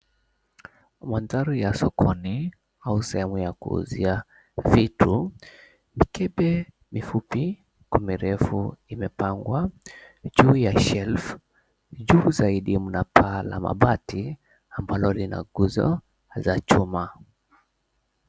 Maandhari ya sokoni, au sehemu ya kuuzia vitu, mikebe mifupi kwa mirefu imepangwa juu ya shelf . Juu zaidi mna paa la mabati ambalo lina nguzo za chuma.